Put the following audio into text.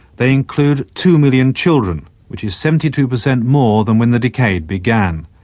they include two million children which is seventy two percent more than when the decade began.